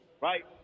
right